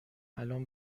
الان